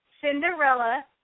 Cinderella